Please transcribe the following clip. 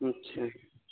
اچھا